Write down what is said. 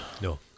No